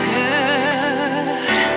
good